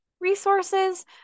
resources